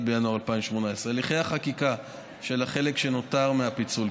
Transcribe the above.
1 בינואר 2018. הליכי החקיקה של החלק שנותר מהפיצול,